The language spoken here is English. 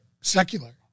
secular